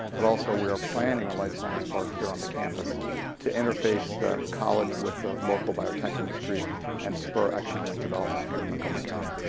but also we are planning a life science park here on the campus to interface the college with the local biotech industry and spur economic development here in montgomery county.